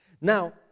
Now